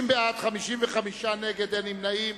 בעד, 30, נגד, 55, אין נמנעים.